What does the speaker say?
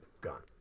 Gone